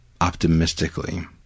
optimistically